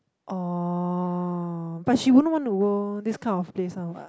oh but she won't want to go this kind of place one what